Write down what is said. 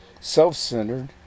self-centered